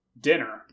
dinner